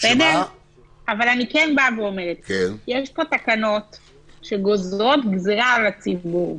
אבל אני כן אומרת: יש פה תקנות שגוזרות גזירה על הציבור,